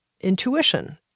intuition